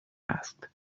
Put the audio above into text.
asked